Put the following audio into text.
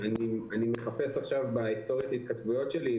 אני מחפש עכשיו בהיסטוריית ההתכתבויות שלי,